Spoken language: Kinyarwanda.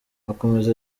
akomeza